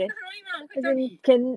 真的很容易的我可以教你